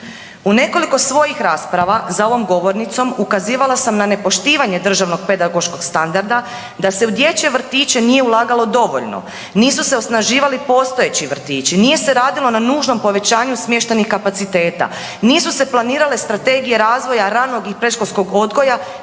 U nekoliko svojih rasprava za ovom govornicom ukazivala sam na nepoštivanje državnog pedagoškog standarda da se u dječje vrtiće nije ulagalo dovoljno, nisu se osnaživali postojeći vrtići, nije se radilo na nužnom povećanju smještajnih kapaciteta, nisu se planirale strategije razvoja ranog i predškolskog odgoja